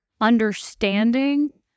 understanding